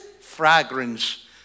fragrance